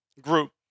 group